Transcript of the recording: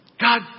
God